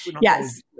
Yes